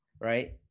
right